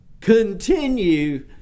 continue